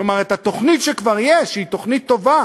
כלומר, את התוכנית שכבר יש, שהיא תוכנית טובה,